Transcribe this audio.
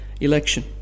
election